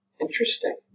Interesting